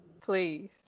Please